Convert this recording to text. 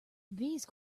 these